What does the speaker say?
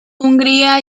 hungría